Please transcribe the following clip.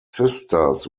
sisters